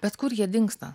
bet kur jie dingsta